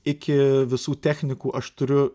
iki visų technikų aš turiu